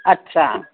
अच्छा